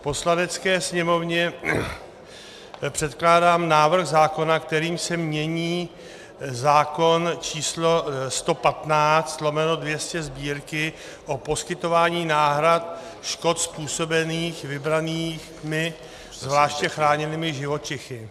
Poslanecké sněmovně předkládám návrh zákona, kterým se mění zákon č. 115/200 Sb., o poskytování náhrad škod způsobených vybranými zvláště chráněnými živočichy.